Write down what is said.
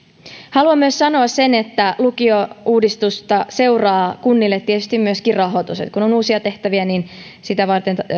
haluan myös sanoa sen että lukiouudistusta seuraa kunnille tietysti myöskin rahoitus kun on uusia tehtäviä niin sitä varten